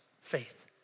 faith